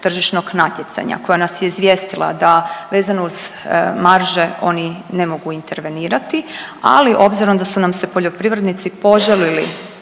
tržišnog natjecanja koja nas je izvijestila da vezano uz marže ono ne mogu intervenirati, ali obzirom da su nam se poljoprivrednici požalili